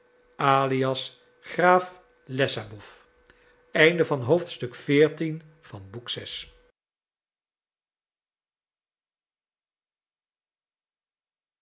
alias graaf lessabow